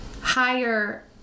higher